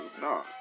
No